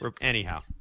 Anyhow